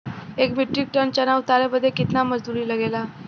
एक metric tonne चना उतारे बदे कितना मजदूरी लगे ला?